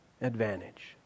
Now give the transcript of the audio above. advantage